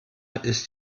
ist